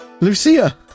Lucia